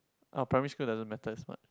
orh primary school doesn't matter as much